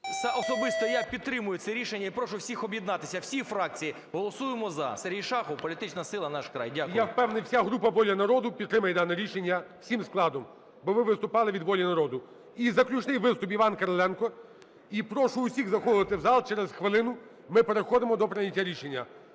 особисто я підтримую це рішення і прошу всіх об'єднатися, всі фракції, голосуємо "за". Сергій Шахов, політична сила "Наш край". Дякую. ГОЛОВУЮЧИЙ. Я впевнений, вся група "Воля народу" підтримає дане рішення всім складом, бо ви виступали від "Волі народу". І заключний виступ – Іван Кириленко. І прошу усіх заходити в зал, через хвилину ми переходимо до прийняття рішення.